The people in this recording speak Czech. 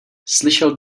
slyšel